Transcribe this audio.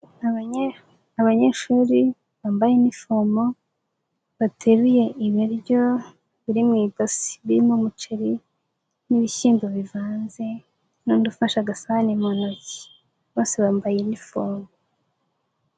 Abanyeshuri bambaye inifomo. Bateruye ibiryo biri mu idoshi birimo umuceri n'ibishyimbo bivanze n'undi ufashe agasahani mu ntoki. Bose bambaye inifomo.